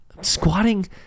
squatting